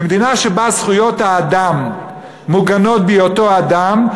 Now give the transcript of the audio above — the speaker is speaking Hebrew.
במדינה שבה זכויות האדם מוגנות בהיותו אדם,